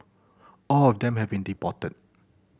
all of them have been deported